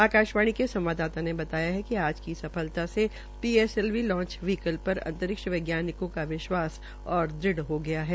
आकाशवाणी के संवाददाता ने बताया कि आज की सफलता से पीएसएलवी लांच व्हीकल पर अंतरिक्ष वैज्ञानिकों का विश्वास और दृढ़ हो गया है